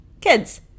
Kids